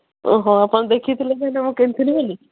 ଓହୋ ଆପଣ ଦେଖିଥିଲେ ତାହେଲେ ମୁଁ କିଣିଥିଲି ବୋଲି